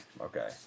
okay